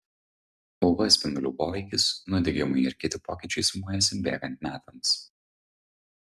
uv spindulių poveikis nudegimai ir kiti pokyčiai sumuojasi bėgant metams